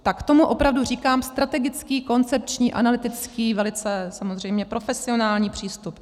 Tak tomu opravdu říkám strategický, koncepční, analytický, velice samozřejmě profesionální přístup.